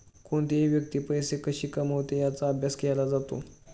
कोणतीही व्यक्ती पैसे कशी कमवते याचा अभ्यास केला जातो